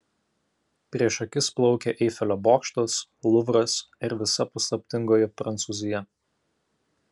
prieš akis plaukė eifelio bokštas luvras ir visa paslaptingoji prancūzija